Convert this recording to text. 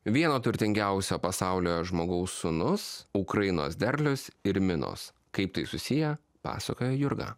vieno turtingiausio pasaulio žmogaus sūnus ukrainos derlius ir minos kaip tai susiję pasakoja jurga